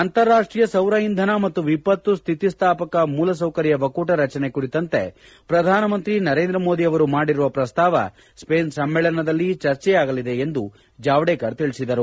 ಅಂತಾರಾಷ್ಷೀಯ ಸೌರ ಇಂಧನ ಮತ್ತು ವಿಪತ್ತು ಸ್ವಿತಿಸ್ದಾಪಕ ಮೂಲ ಸೌಕರ್ಯ ಒಕ್ಕೂಟ ರಚನೆ ಕುರಿತಂತೆ ಪ್ರಧಾನಮಂತ್ರಿ ನರೇಂದ್ರ ಮೋದಿ ಅವರು ಮಾಡಿರುವ ಪ್ರಸ್ತಾವ ಸ್ಪೈನ್ ಸಮ್ಮೇಳನದಲ್ಲಿ ಚರ್ಚೆಯಾಗಲಿದೆ ಎಂದು ಜಾವ್ಗೇಕರ್ ತಿಳಿಸಿದರು